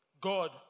God